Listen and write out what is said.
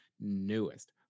Newest